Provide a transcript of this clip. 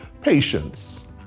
patience